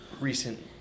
recent